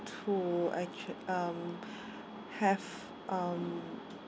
to I check um have um